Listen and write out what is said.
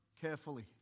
carefully